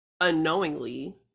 unknowingly